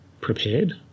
prepared